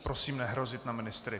Prosím nehrozit na ministry.